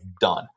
done